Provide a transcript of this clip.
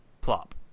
plop